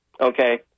okay